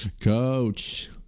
Coach